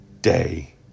day